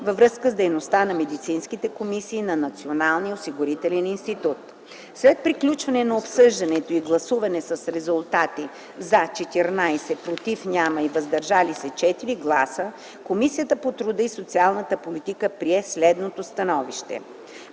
във връзка с дейността на медицинските комисии на Националния осигурителен институт. След приключване на обсъждането и гласуване с резултати: „за” – 14, без „против” и „въздържали се” – 4 гласа, Комисията по труда и социалната политика прие следното становище: